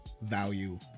value